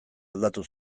aldatu